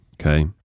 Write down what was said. okay